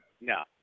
No